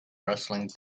wrestling